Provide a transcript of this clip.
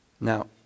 Now